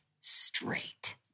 straight